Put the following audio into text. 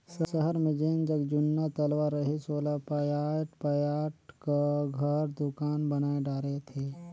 सहर मे जेन जग जुन्ना तलवा रहिस ओला पयाट पयाट क घर, दुकान बनाय डारे थे